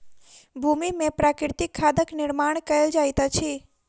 भूमि में प्राकृतिक खादक निर्माण कयल जाइत अछि